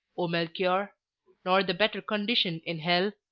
o melchior nor the better condition in hell,